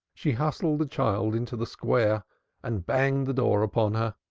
she hustled the child into the square and banged the door upon her,